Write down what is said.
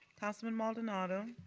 councilman maldonado.